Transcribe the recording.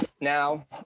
now